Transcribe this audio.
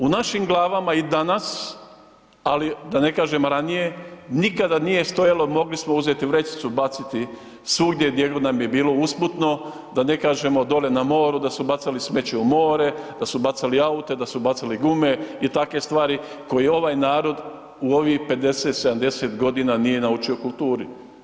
U našim glavama i danas, ali da ne kažem ranije, nikada nije stojalo, mogli smo uzeti vrećicu, baciti svugdje gdje god nam je bilo usputno, da ne kažemo dole na moru da su bacali smeće u more, da su bacali aute, da su bacali gume i takve stvari koje ovaj narod u ovih 50-70.g. nije naučio kulturi.